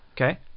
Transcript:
Okay